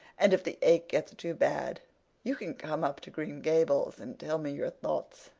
and if the ache gets too bad you can come up to green gables and tell me your thoughts,